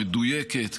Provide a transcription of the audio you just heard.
המדויקת,